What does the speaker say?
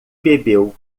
bebeu